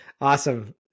awesome